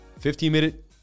15-minute